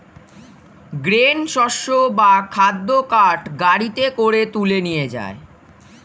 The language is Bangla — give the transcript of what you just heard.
গ্রেন শস্য বা খাদ্য কার্ট গাড়িতে করে তুলে নিয়ে যায়